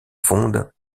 fonde